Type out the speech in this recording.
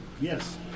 Yes